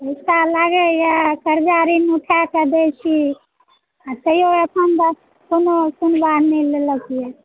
गुस्सा लागैया सभ ऋण उठा कऽ दै छी तैयो अपन कोनो सुन्बाह नहि लेलक यऽ